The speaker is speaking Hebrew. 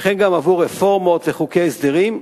וכן גם עבור רפורמות וחוקי הסדרים.